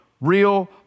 real